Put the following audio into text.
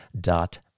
dot